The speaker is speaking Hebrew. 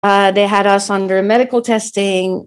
They had us under medical testing